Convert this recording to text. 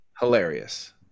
hilarious